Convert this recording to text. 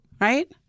Right